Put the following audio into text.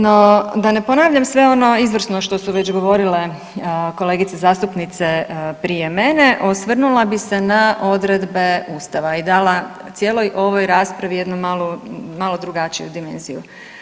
No, da ne ponavljam sve ono izvrsno što su već govorile kolegice zastupnice prije mene osvrnula bih se na odredbe Ustava i dala cijeloj ovoj raspravi jednu malo drugačiju dimenziju.